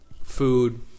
food